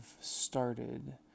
started